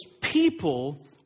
people